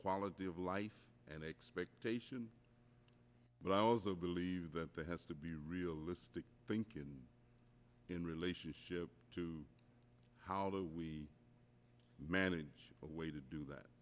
quality of life and expectation but i also believe that there has to be realistic thinking and in relationship to how do we manage the way to do that